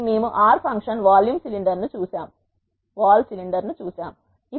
కాబట్టి మేము R function volume cylinder ను చూశాము